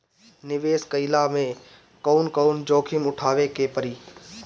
निवेस कईला मे कउन कउन जोखिम उठावे के परि?